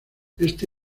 este